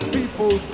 People